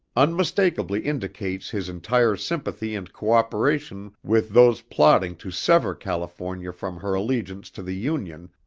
unmistakably indicates his entire sympathy and cooperation with those plotting to sever california from her allegiance to the union,